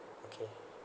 okay